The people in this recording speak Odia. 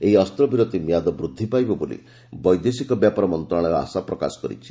ଏହି ଅସ୍ତ୍ରବିରତି ମିଆଦ ବୃଦ୍ଧି ପାଇବ ବୋଲି ବୈଦେଶିକ ବ୍ୟାପାର ମନ୍ତଶାଳୟ ଆଶା ପ୍ରକାଶ କରିଛି